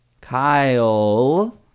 Kyle